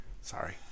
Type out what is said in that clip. Sorry